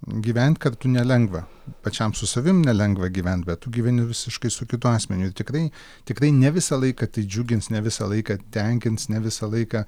gyvent kartu nelengva pačiam su savim nelengva gyvent bet tu gyveni visiškai su kitu asmeniu ir tikrai tikrai ne visą laiką tai džiugins ne visą laiką tenkins ne visą laiką